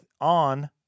on